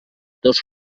dos